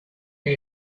who